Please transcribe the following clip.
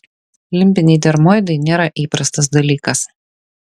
limbiniai dermoidai nėra įprastas dalykas